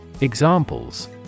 Examples